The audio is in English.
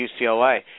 UCLA